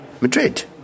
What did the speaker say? Madrid